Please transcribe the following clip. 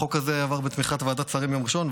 החוק הזה עבר בתמיכת ועדת שרים ביום ראשון.